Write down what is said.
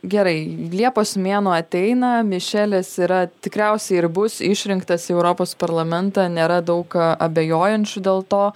gerai liepos mėnuo ateina mišelis yra tikriausiai ir bus išrinktas į europos parlamentą nėra daug abejojančių dėl to